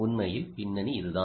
உண்மையில் பின்னணி இதுதான்